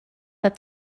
that